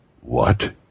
What